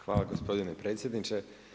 Hvala gospodine predsjedniče.